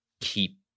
keep